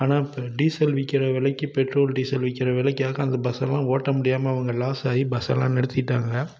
ஆனால் இப்போ டீசல் விற்கிற விலைக்கி பெட்ரோல் டீசல் விற்கிற விலைக்காக அந்த பஸ்ஸெல்லாம் ஓட்ட முடியாமல் அவங்க லாஸாகி பஸ்ஸெல்லாம் நிறுத்திவிட்டாங்க